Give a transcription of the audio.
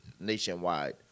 nationwide